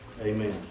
Amen